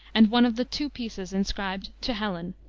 and one of the two pieces inscribed to helen.